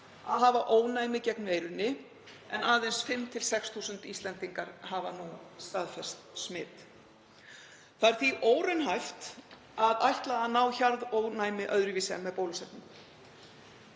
að hafa ónæmi gegn veirunni en aðeins 5.000–6.000 Íslendingar hafa nú staðfest smit. Það er því óraunhæft að ætla að ná hjarðónæmi öðruvísi en með bólusetningum.